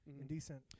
indecent